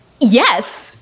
Yes